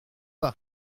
pas